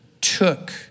took